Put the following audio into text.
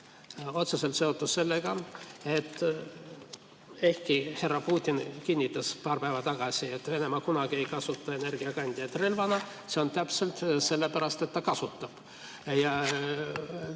otseselt seotud sellega. Ehkki härra Putin kinnitas paar päeva tagasi, et Venemaa kunagi ei kasuta energiakandjat relvana, see on siiski täpselt sellepärast, et ta kasutab.